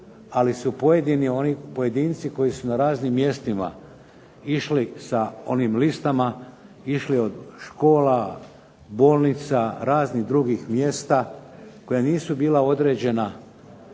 oni pojedinci koji su na raznim mjestima išli sa onim listama, išli od škola, bolnica, raznih drugih mjesta koja nisu bila određena